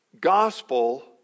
gospel